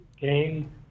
game